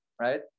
right